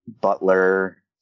Butler